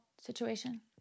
situation